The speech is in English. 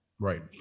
Right